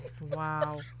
Wow